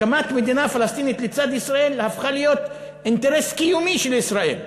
הקמת מדינה פלסטינית לצד מדינת ישראל הפכה להיות אינטרס קיומי של ישראל.